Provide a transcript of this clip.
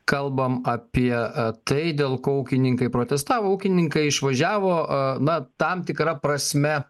kalbam apie tai dėl ko ūkininkai protestavo ūkininkai išvažiavo na tam tikra prasme